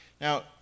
Now